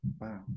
Wow